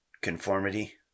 conformity